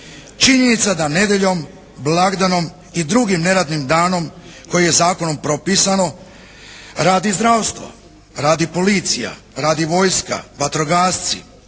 Činjenica da nedjeljom, blagdanom i drugim neradnim danom koji je zakonom propisano radi zdravstvo, radi policija, radi vojska, vatrogasci,